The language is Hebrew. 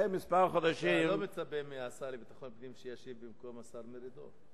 אתה לא מצפה מהשר לביטחון פנים שישיב במקום השר מרידור?